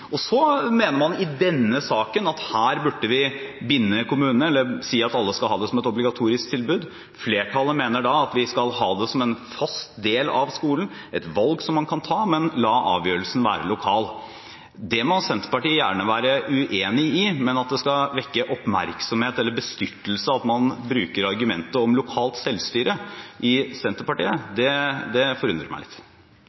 Så mener man i denne saken at her burde vi binde kommunene eller si at alle skal ha faget som et obligatorisk tilbud. Flertallet mener at vi skal ha det som en fast del av skolen, et valg man kan ta, men la avgjørelsen være lokal. Det må Senterpartiet gjerne være uenig i, men at det skal vekke oppmerksomhet eller bestyrtelse i Senterpartiet at man bruker argumentet om lokalt selvstyre, det forundrer meg litt.